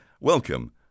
welcome